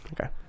Okay